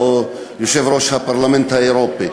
יושב-ראש הפרלמנט האירופי.